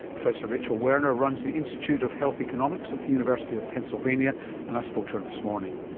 professor rachel werner runs the institute of health economics at the university of pennsylvania and i spoke to her this morning.